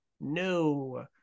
No